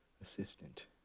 assistant